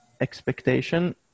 expectation